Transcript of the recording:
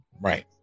Right